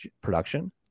production